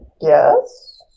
Yes